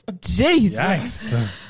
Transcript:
jesus